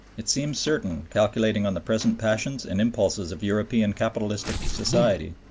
it seems certain, calculating on the present passions and impulses of european capitalistic society,